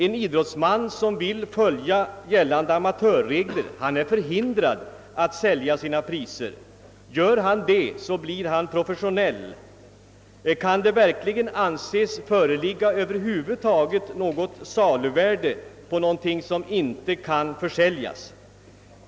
En idrottsman som vill följa gällande amatörregler är förhindrad att sälja sina priser -— gör han det blir han professionell. Och kan det över huvud taget anses föreligga ett saluvärde för någonting som inte kan försäljas?